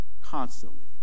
constantly